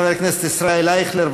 חבר הכנסת ישראל אייכלר,